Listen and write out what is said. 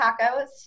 tacos